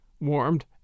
warmed